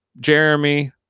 Jeremy